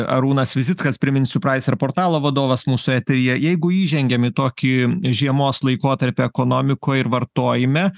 arūnas vizickas priminsiu priser portalo vadovas mūsų eteryje jeigu įžengėm į tokį žiemos laikotarpę ekonomikoj ir vartojime